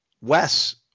Wes